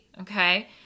okay